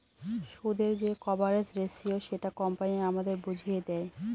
সুদের যে coverage ratio সেটা কোম্পানি আমাদের বুঝিয়ে দেয়